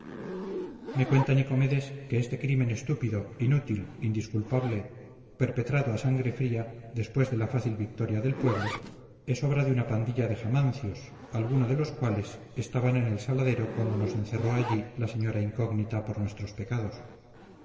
me cuenta nicomedes que este crimen estúpido inútil indisculpable perpetrado a sangre fría después de la fácil victoria del pueblo es obra de una pandilla de jamancios algunos de los cuales estaban en el saladero cuando nos encerró allí la señora incógnita por nuestros pecados